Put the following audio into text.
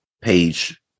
page